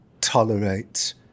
tolerate